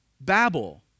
Babel